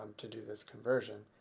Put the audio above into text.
to do this conversion.